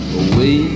away